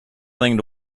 thing